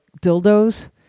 dildos